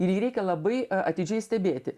ir jį reikia labai atidžiai stebėti